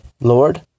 Lord